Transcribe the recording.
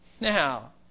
Now